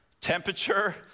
temperature